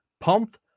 pumped